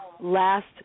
last